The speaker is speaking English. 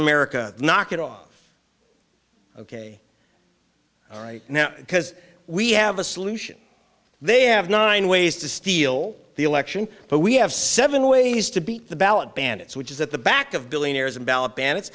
america knock it off ok all right now because we have a solution they have nine ways to steal the election but we have seven ways to beat the ballot bandits which is that the back of billionaires and ballot ban it's